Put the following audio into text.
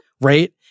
right